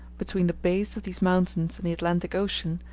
between the base of these mountains and the atlantic ocean,